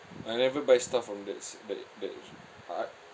I never buy stuff from that's that that I